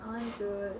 I want to